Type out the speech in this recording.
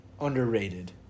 underrated